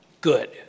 good